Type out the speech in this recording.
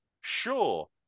Sure